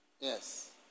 Yes